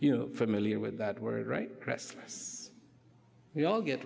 you know familiar with that word right rest we all get